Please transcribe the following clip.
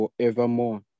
forevermore